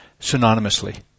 synonymously